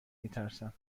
میترسم